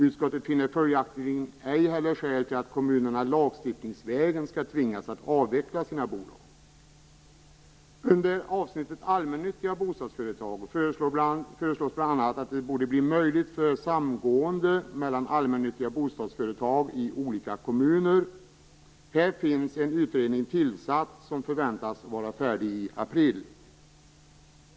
Utskottet finner följaktligen ej heller skäl till att lagstiftningsvägen tvinga kommunerna att avveckla sina bolag. Under avsnittet allmännyttiga bostadsföretag föreslås bl.a. att det borde bli möjligt för samgående mellan allmännyttiga bostadsföretag i olika kommuner. Här finns en utredning tillsatt som förväntas vara färdig i april.